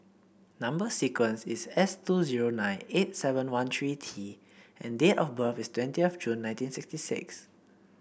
number sequence is S two zero nine eight seven one three T and date of birth is twentieth June nineteen sixty six